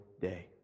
day